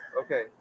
okay